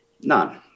None